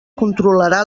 controlarà